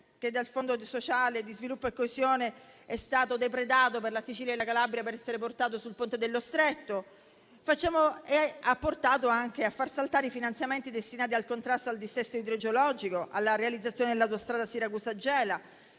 che dal Fondo sociale di sviluppo e coesione sono stati depredati alla Sicilia e alla Calabria, per essere portati sul Ponte sullo Stretto. Sono saltati anche i finanziamenti destinati al contrasto del dissesto idrogeologico e alla realizzazione dell'autostrada Siracusa-Gela.